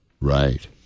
Right